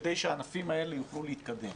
כדי שהענפים האלה יוכלו להתקדם.